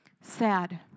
Sad